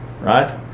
right